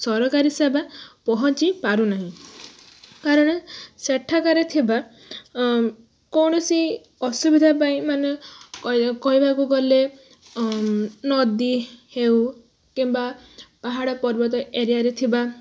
ସରକାରୀ ସେବା ପହଁଛି ପାରୁନାହିଁ କାରଣ ସେଠାକାରେ ଥିବା କୌଣସି ଅସୁବିଧା ପାଇଁ ମାନେ କହି କହିବାକୁ ଗଲେ ନଦୀ ହେଉ କିମ୍ବା ପାହାଡ଼ ପର୍ବତ ଏରିଆରେ ଥିବା